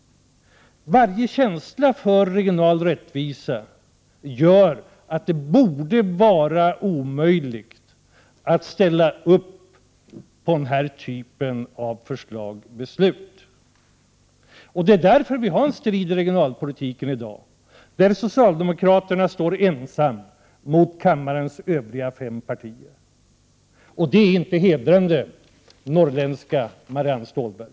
Varje känsla för regional rättvisa gör att det borde vara omöjligt att ställa sig bakom den här typen av förslag till beslut. Det är därför vi har en strid om regionalpolitiken i dag. Socialdemokraterna står ensamma mot kammarens övriga fem partier. Det är inte hedrande, norrländska Marianne Stålberg!